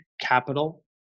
capital